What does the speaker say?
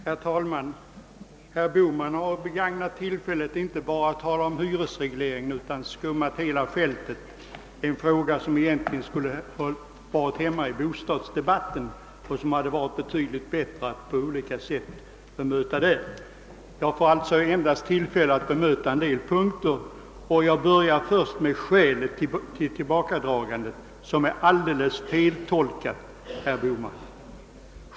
Herr talman! Herr Bohman har begagnat tillfället inte bara för att tala om hyresregleringen utan också för att skumma hela fältet i frågor som egent ligen bort höra hemma i bostadsdebatten och som det hade varit bättre att få bemöta där. Jag får alltså här endast tillfälle att bemöta honom på en del punkter, och jag börjar då med skälet till regeringens tillbakadragande av propositionen, vilket är alldeles felaktigt uttolkat av herr Bohman.